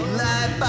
life